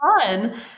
fun